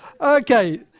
Okay